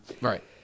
Right